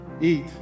eat